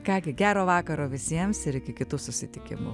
ką gi gero vakaro visiems ir iki kitų susitikimų